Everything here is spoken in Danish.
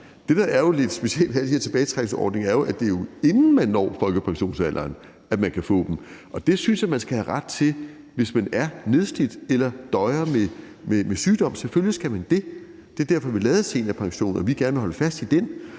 Det, der er lidt specielt ved alle de her tilbagetrækningsordninger, er jo, at det er, inden man når pensionsalderen, man kan komme på dem. Det synes jeg man skal have ret til, hvis man er nedslidt eller døjer med sygdom. Selvfølgelig skal man det, det var derfor, vi lavede seniorpensionen og gerne vil holde fast i den.